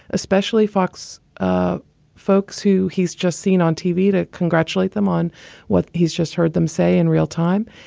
especially fox ah folks who he's just seen on tv to congratulate them on what he's just heard them say in real time.